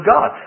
God